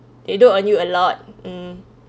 they dote on you a lot um